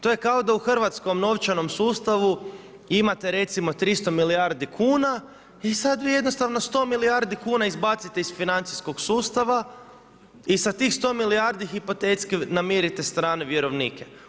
To je kao da u hrvatskom novčanom sustavu, imate recimo 300 milijardi kuna i sad vi jednostavno 100 milijardi kuna izbacite iz financijskog sustava i sa tih 100 milijardi hipotetski namirite strane vjerovnike.